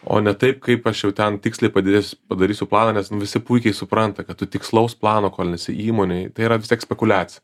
o ne taip kaip aš jau ten tiksliai padidės padarysiu planą nes visi puikiai supranta kad tikslaus plano kol nesi įmonėj tai yra vistiek spekuliacija